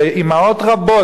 ואמהות רבות,